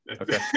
okay